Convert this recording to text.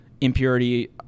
impurity